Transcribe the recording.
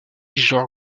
genre